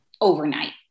overnight